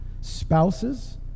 spouses